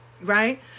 Right